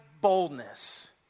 boldness